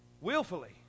Willfully